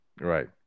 right